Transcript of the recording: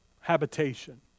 habitation